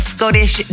Scottish